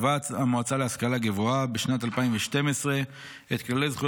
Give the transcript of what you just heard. קבעה המועצה להשכלה גבוהה בשנת 2012 את כללי זכויות